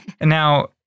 now